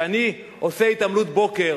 כשאני עושה התעמלות בוקר,